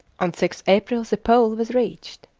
on sixth april the pole was reached.